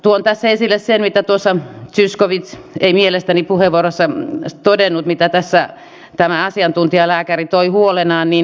tuon tässä esille sen mitä tuossa zyskowicz ei mielestäni puheenvuorossaan todennut mitä tässä tämä asiantuntijalääkäri toi huolenaan